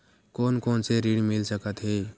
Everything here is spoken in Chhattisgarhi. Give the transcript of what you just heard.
कोन कोन से ऋण मिल सकत हे?